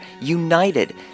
united